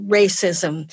racism